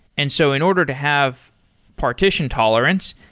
and so in order to have partition tolerance,